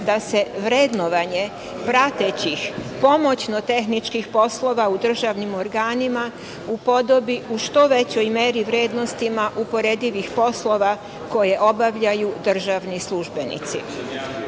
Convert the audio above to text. da se vrednovanje pratećih pomoćno-tehničkih poslova u državnim organima upodobi u što većoj meri vrednostima uporedivih poslova koje obavljaju državni službenici.